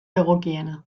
egokiena